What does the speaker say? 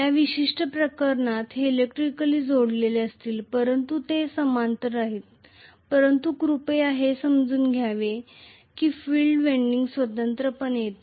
या विशिष्ट प्रकरणात ते इलेक्ट्रिकली जोडलेले असतील परंतु ते समांतर आहेत परंतु कृपया हे समजून घ्या की फील्ड वेंडिंग स्वतंत्रपणे येते